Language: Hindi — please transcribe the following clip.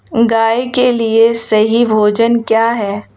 गाय के लिए सही भोजन क्या है?